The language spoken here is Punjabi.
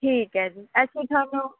ਠੀਕ ਹੈ ਜੀ ਅਸੀਂ ਤੁਹਾਨੂੰ